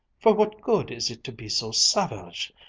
for what good is it to be so savage!